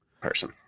person